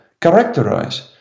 characterize